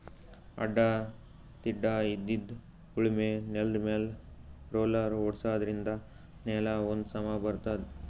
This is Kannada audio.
ಅಡ್ಡಾ ತಿಡ್ಡಾಇದ್ದಿದ್ ಉಳಮೆ ನೆಲ್ದಮ್ಯಾಲ್ ರೊಲ್ಲರ್ ಓಡ್ಸಾದ್ರಿನ್ದ ನೆಲಾ ಒಂದ್ ಸಮಾ ಬರ್ತದ್